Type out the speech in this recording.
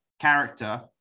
character